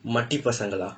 மட பசங்கள:mada pasangkala